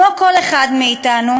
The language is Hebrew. כמו כל אחד מאתנו,